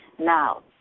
now